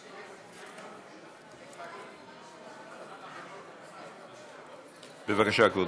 בבקשה, כבודו.